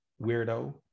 weirdo